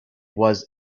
was